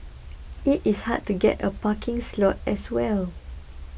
it is hard to get a parking slot as well